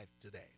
today